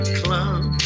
club